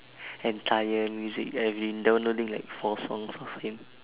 entire music I've been downloading like four songs of him